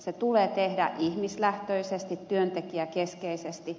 se tulee tehdä ihmislähtöisesti työntekijäkeskeisesti